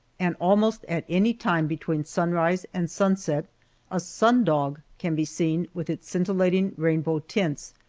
and almost at any time between sunrise and sunset a sun dog can be seen with its scintillating rainbow tints,